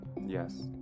Yes